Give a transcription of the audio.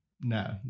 no